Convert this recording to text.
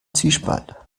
zwiespalt